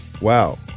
Wow